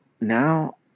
now